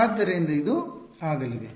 ಆದ್ದರಿಂದ ಇದು ಆಗಲಿದೆ